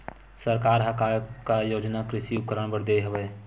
सरकार ह का का योजना कृषि उपकरण बर दे हवय?